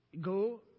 go